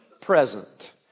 present